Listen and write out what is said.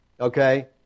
okay